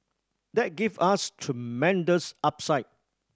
that give us tremendous upside